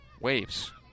Waves